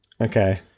Okay